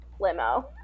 limo